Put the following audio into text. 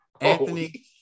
Anthony